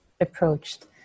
approached